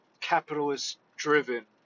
capitalist-driven